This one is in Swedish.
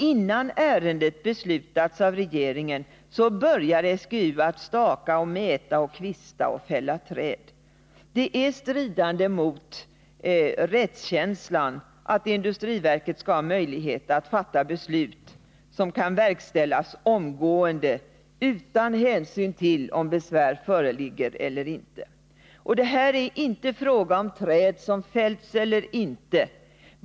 Innan ärendet beslutats av regeringen börjar SGU att staka och mäta, kvista och fälla träd. Det är stridande mot rättskänslan att industriverket skall ha möjlighet att fatta beslut som kan verkställas omgående utan hänsyn till om besvär föreligger eller inte. Det är här inte fråga om träd som fällts eller inte.